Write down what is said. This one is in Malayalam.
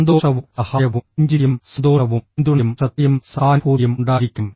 സന്തോഷവും സഹായവും പുഞ്ചിരിയും സന്തോഷവും പിന്തുണയും ശ്രദ്ധയും സഹാനുഭൂതിയും ഉണ്ടായിരിക്കണം